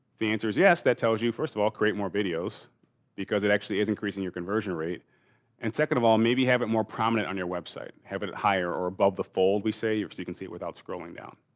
the answer is yes, that tells you first of all create more videos because it actually is increasing your conversion rate and second of all maybe have it more prominent on your website. have it it higher, or above the fold we say, so you can see it without scrolling down.